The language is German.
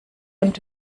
und